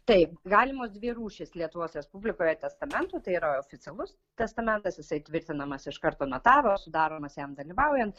taip galimos dvi rūšys lietuvos respublikoje testamentų tai yra oficialus testamentas jisai tvirtinamas iš karto notaro sudaromas jam dalyvaujant